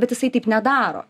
bet jisai taip nedaro